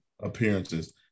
appearances